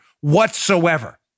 whatsoever